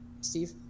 Steve